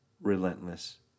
Relentless